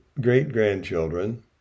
great-grandchildren